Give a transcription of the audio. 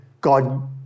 God